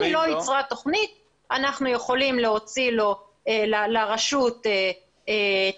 אם היא לא ייצרה תוכנית אנחנו יכולים להוציא לרשות צו,